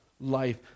life